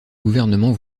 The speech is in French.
gouvernement